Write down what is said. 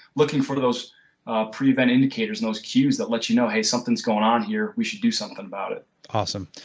looking for those pre-event indicators, those cues that let you know hey, something is going on here, we should do something about it awesome.